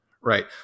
right